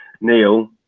Neil